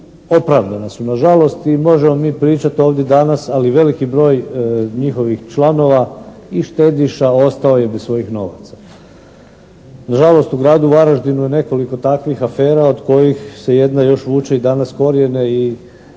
opravdana su na žalost i možemo mi pričati ovdje danas. Ali veliki broj njihovih članova i štediša ostao je bez svojih novaca. Na žalost u Gradu Varaždinu je nekoliko takvih afera od kojih se jedna još vuče i danas korijene i